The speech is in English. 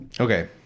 Okay